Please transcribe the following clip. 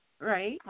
Right